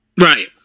Right